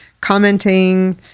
commenting